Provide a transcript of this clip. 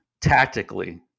tactically